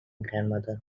grandmother